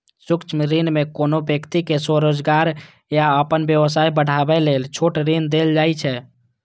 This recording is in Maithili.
सूक्ष्म ऋण मे कोनो व्यक्ति कें स्वरोजगार या अपन व्यवसाय बढ़ाबै लेल छोट ऋण देल जाइ छै